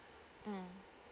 mm